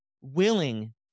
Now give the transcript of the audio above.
willing